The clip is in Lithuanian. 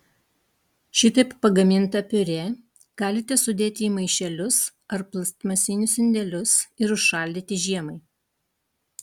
šitaip pagamintą piurė galite sudėti į maišelius ar plastmasinius indelius ir užšaldyti žiemai